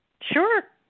Sure